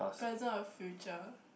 present or future